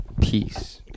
Peace